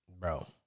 Bro